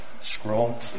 scroll